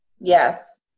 Yes